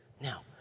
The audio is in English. Now